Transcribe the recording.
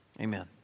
Amen